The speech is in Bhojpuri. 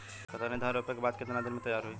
कतरनी धान रोपे के बाद कितना दिन में तैयार होई?